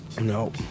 No